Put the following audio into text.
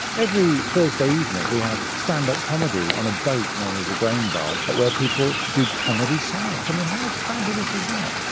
every thursday evening we have stand-up comedy on a boat known as the grain barge where people do comedy science. i mean, how fabulous is that!